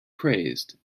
praised